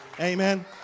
Amen